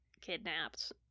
kidnapped